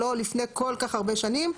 לא לפני כל כך הרבה שנים.